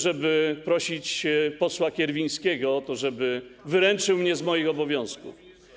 żeby prosić posła Kierwińskiego o to, żeby wyręczył mnie z moich obowiązków.